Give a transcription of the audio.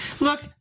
Look